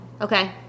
Okay